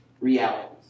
realities